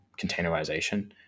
containerization